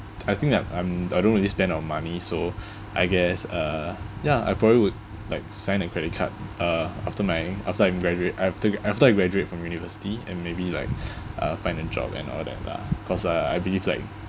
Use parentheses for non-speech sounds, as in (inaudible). I think I'm I'm I don't really spend my money so (breath) I guess uh ya I probably would like sign a credit card uh after my after I'm graduate after after I graduate from university and maybe like (breath) uh find a job and all that lah cause uh I believe like